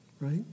right